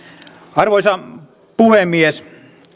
arvoisa puhemies